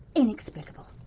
inexplicable.